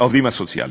העובדים הסוציאליים.